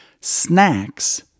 snacks